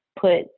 put